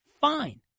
Fine